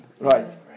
Right